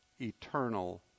eternal